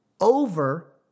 over